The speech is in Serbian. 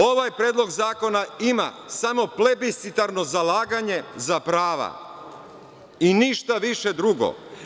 Ovaj Predlog zakona ima samo plebiscitarno zalaganje za prava i ništa više drugo.